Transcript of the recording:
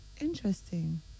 Interesting